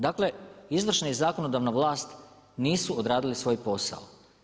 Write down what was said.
Dakle, izvršna i zakonodavna vlast nisu odradili svoj posao.